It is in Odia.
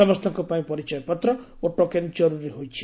ସମସ୍ତଙ୍କ ପାଇଁ ପରିଚୟ ପତ୍ର ଓ ଟୋକେନ୍ ଜରୁରୀ ହୋଇଛି